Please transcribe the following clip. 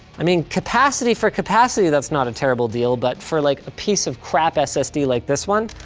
i mean capacity for capacity, that's not a terrible deal. but for like a piece of crap ssd like this one,